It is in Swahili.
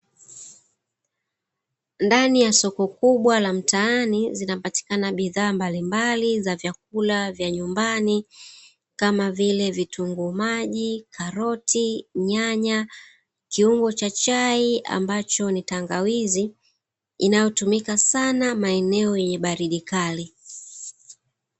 Ndani ya soko kubwa la mtaani, zinapatikana bidhaa mbalimbali vya vyakula vya nyumbani, kama vile vitunguu maji, karoti, nyanya, kiungo cha chai ambacho ni tangawizi inayotumika sana maeneo yenye baridi kali.